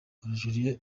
algeria